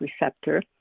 receptor